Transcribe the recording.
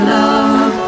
love